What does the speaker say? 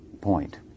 point